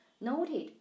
noted